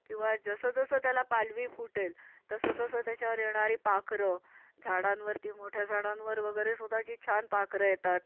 किंवा जसंजसं त्याला पालवी फुटेल तसंतसं त्याच्यावर येणारी पाखरं झाडांवर ती मोठ्या झाडांवर वगैरे स्वतःची छान पाखरं येतात